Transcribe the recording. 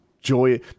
joy